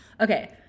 okay